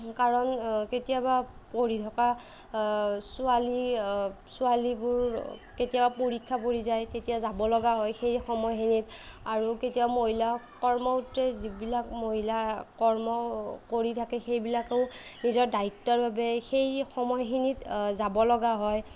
কাৰণ কেতিয়াবা পঢ়ি থকা ছোৱালী ছোৱালীবোৰ কেতিয়াবা পৰীক্ষা পৰি যায় তেতিয়া যাব লগা হয় সেই সময়খিনিত আৰু কেতিয়াবা মহিলা কৰ্মসূত্ৰে যিবিলাক মহিলা কৰ্ম কৰি থাকে সেইবিলাকেও নিজৰ দায়িত্বৰ বাবে সেই সময়খিনিত যাব লগা হয়